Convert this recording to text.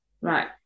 Right